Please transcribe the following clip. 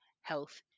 health